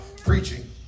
Preaching